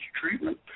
treatment